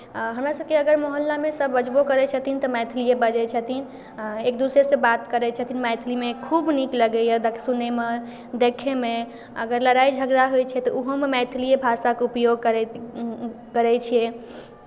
हमरासभके अगर मोहल्लामे सभ बजबो करै छथिन तऽ मैथलिए बजै छथिन आ एक दूसरेसँ बात करै छथिन मैथिलीमे खूब नीक लगैए देख सुनैमे देखैमे अगर लड़ाइ झगड़ा होइ छै तऽ ओहोमे मैथिलीए भाषाके उपयोग करैत करै छियै